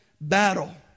battle